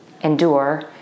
endure